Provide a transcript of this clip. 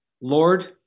Lord